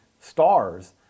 stars